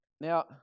Now